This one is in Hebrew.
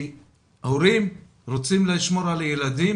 הורים רוצים לשמור על הילדים